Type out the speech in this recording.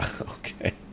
Okay